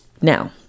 now